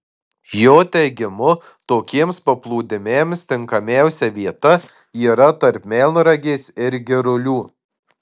jo teigimu tokiems paplūdimiams tinkamiausia vieta yra tarp melnragės ir girulių